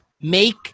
Make